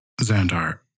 Xandar